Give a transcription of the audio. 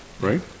right